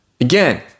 Again